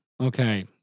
Okay